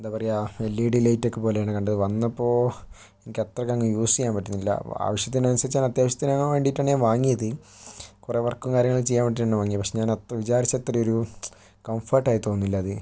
എന്ത പറയുക L E D ലൈറ്റൊക്കെ പോലെയാണ് കണ്ടത് വന്നപ്പോൾ എനിക്കത്രക്കങ്ങ് യൂസ് ചെയ്യാൻ പറ്റുന്നില്ല ആവശ്യത്തിനനുസരിച്ചാണ് അത്യാവശ്യത്തിനു വേണ്ടീട്ടു തന്നെയാ ഞാൻ വാങ്ങിയത് കുറേ വർക്കും കാര്യങ്ങളും ചെയ്യാൻ വേണ്ടീട്ടാണ് വാങ്ങിയത് പക്ഷേ ഞാനത്ര വിചാരിച്ചത്രയൊരു കംഫേർട്ടായി തോന്നുന്നില്ല അത്